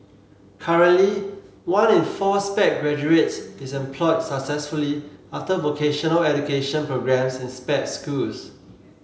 currently one in four Sped graduates is employed successfully after vocational education programmes in Sped schools